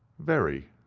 very,